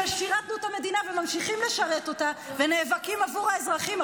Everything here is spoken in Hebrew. ששירתנו את המדינה וממשיכים לשרת אותה ונאבקים עבור האזרחים.